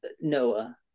Noah